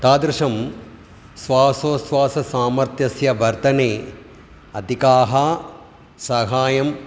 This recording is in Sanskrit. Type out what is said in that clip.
तादृशं श्वासोश्वासः सामर्थ्यस्य वर्धने अधिकं सहाय्यम्